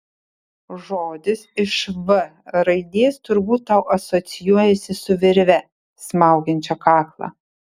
žodis iš v raidės turbūt tau asocijuojasi su virve smaugiančia kaklą